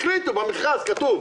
החליטו, במכרז כתוב.